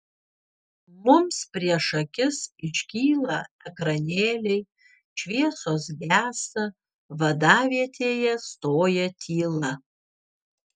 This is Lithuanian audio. mums prieš akis iškyla ekranėliai šviesos gęsta vadavietėje stoja tyla